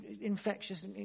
Infectious